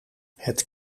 het